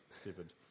Stupid